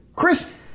Chris